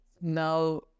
Now